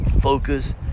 Focus